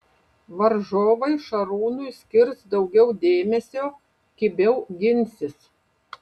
varžovai šarūnui skirs daugiau dėmesio kibiau ginsis